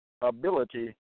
ability